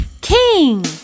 King